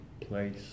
place